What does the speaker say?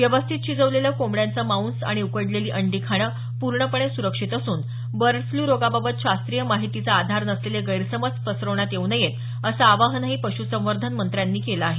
व्यवस्थित शिजवलेलं कोंबड्यांचे मांस आणि उकडलेली अंडी खाणं पूर्णपणे सुरक्षित असून बर्ड फ्रू रोगाबाबत शास्त्रीय माहितीचा आधार नसलेले गैरसमज पसरवण्यांत येऊ नयेत असं आवाहनही पशुसंवर्धन मंत्र्यांनी केलं आहे